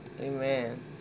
amen